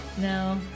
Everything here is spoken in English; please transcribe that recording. No